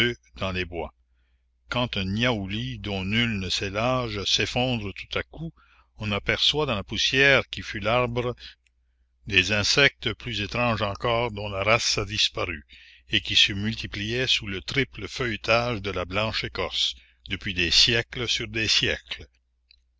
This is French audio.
dans les bois quand un niaouli dont nul ne sait l'âge s'effondre tout à coup on aperçoit dans la poussière qui fut l'arbre des insectes plus étranges encore dont la race a disparu et qui se multipliaient sous le triple feuilletage de la blanche écorce depuis des siècles sur des siècles